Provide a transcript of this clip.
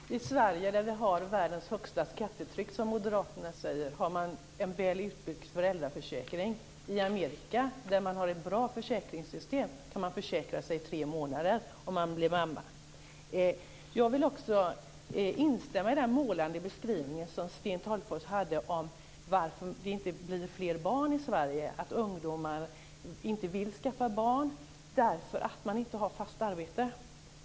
Fru talman! I Sverige, där vi har världens högsta skattetryck som Moderaterna säger, har vi en väl utbyggd föräldraförsäkring. I Amerika, där man har ett bra försäkringssystem, kan man försäkra sig tre månader om man blir mamma. Jag vill instämma i den målande beskrivning som Sten Tolgfors gjorde av varför det inte föds fler barn i Sverige. Ungdomar vill inte skaffa barn därför att de inte har fast arbete.